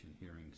hearings